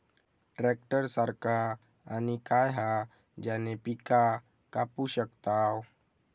Tractor सारखा आणि काय हा ज्याने पीका कापू शकताव?